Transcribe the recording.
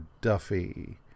Duffy